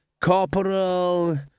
Corporal